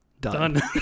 Done